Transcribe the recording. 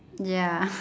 ya